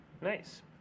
Nice